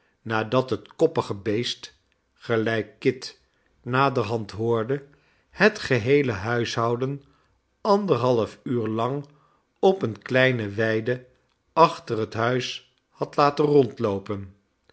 nadat het koppige beest gelijk kit naderhand hoorde het geheele huishouden anderhalf uur lang op eene kleine weide achter het huis had laten rondloopen